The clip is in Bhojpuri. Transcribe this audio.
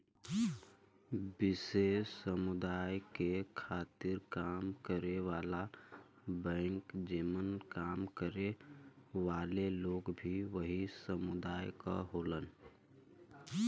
विशेष समुदाय के खातिर काम करे वाला बैंक जेमन काम करे वाले लोग भी वही समुदाय क होलन